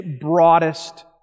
broadest